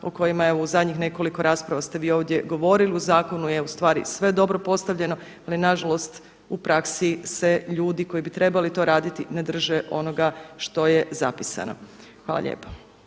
o kojima je zadnjih nekoliko rasprava ste vi ovdje govorili. U zakonu je ustvari sve dobro postavljeno, ali nažalost u praksi se ljudi koji bi to trebali raditi ne drže onoga što je zapisano. Hvala lijepa.